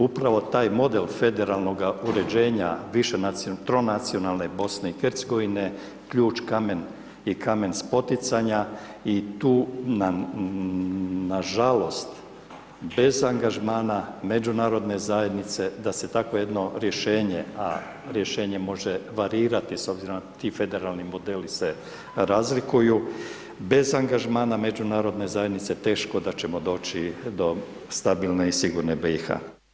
Upravo taj model federalnoga uređenja, tronacionalne BiH, ključ kamen i kamen spoticanja i tu nam na žalost, bez angažmana međunarodne zajednice, da se jedno takvo jedno rješenje, a rješenje može varirati s obzirom da ti federalni modeli se razlikuju, bez angažmana međunarodne zajednice, teško da ćemo doći do stabilne i sigurne BiH.